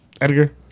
Edgar